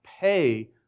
pay